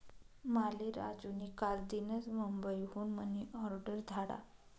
माले राजू नी कालदीनच मुंबई हुन मनी ऑर्डर धाडा